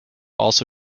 also